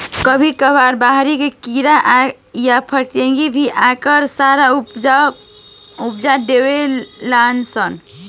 कभी कभार बहरी के कीड़ा आ पतंगा भी आके सारा ऊपज उजार देवे लान सन